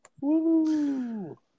woo